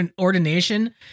ordination